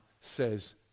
says